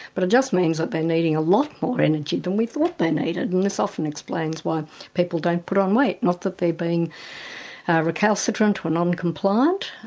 but it just means that they are needing a lot more energy than we thought they needed. and this often explains why people don't put on weight, not that they're being recalcitrant or non-compliant,